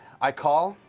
i call,